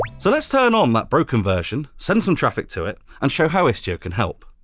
so let's turn on that broken version, send some traffic to it, and show how istio can help.